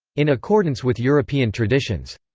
in accordance with european traditions.